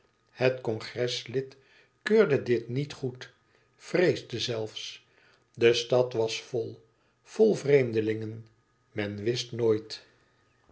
het congreslid keurde dit niet goed vreesde zelfs de stad was vol vol vreemdelingen men wist nooit